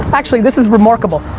actually, this is remarkable.